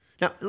Now